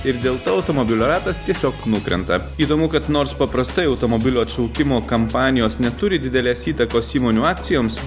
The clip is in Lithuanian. ir dėl to automobilio ratas tiesiog nukrenta įdomu kad nors paprastai automobilio šaukimo kampanijos neturi didelės įtakos įmonių akcijoms